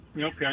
Okay